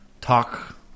talk